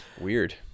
Weird